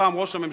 פעם ראש הממשלה,